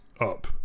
up